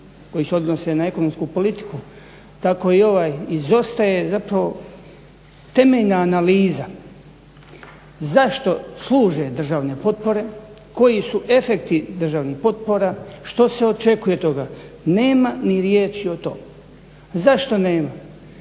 koji se odnose na ekonomsku politiku tako i ovaj izostaje zapravo temeljna analiza zašto služe državne potpore, koji su efekti državnih potpora, što se očekuje od toga, nema ni riječi o tome. A zašto nema,